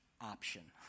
option